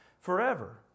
forever